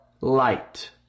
light